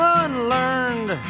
unlearned